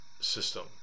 system